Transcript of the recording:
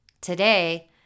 Today